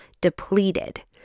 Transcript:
depleted